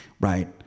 Right